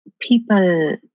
people